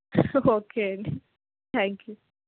okay అండి thank you